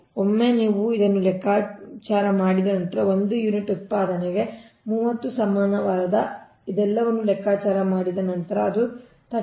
ಒಮ್ಮೆ ನೀವು ಇದನ್ನು ಮಾಡಿದ ನಂತರ ಒಟ್ಟು ಯೂನಿಟ್ ಉತ್ಪಾದನೆಗೆ ಮೂವತ್ತು ಸಮನಾದ ಇದೆಲ್ಲವನ್ನು ಲೆಕ್ಕಾಚಾರ ಮಾಡಿದ ನಂತರ ಅದು 37